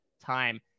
time